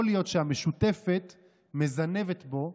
יכול להיות שהמשותפת מזנבת בו,